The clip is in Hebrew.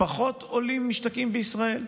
פחות עולים משתקעים בישראל,